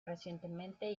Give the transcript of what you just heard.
recientemente